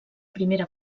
primera